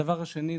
הדבר השני,